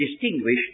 distinguish